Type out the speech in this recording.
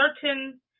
certain